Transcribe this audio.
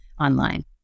online